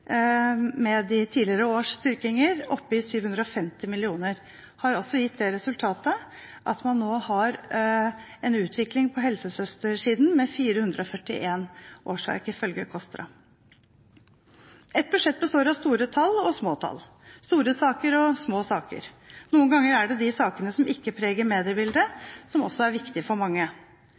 med de tidligere års styrkinger, oppe i 750 mill. kr. Det har også gitt det resultatet at man nå, ifølge KOSTRA, har en utvikling på helsesøstersiden med 441 årsverk. Et budsjett består av store tall og små tall, store saker og små saker. Noen ganger er det de sakene som ikke preger mediebildet, som også viktige for mange.